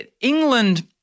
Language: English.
England